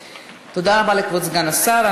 תודה רבה לכבוד סגן השר.